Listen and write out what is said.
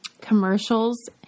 commercials